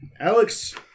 Alex